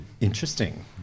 Interesting